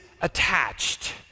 attached